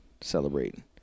celebrating